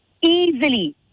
easily